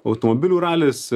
automobilių ralis